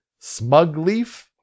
Smugleaf